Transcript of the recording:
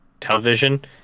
television